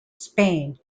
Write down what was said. spain